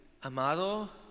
Amado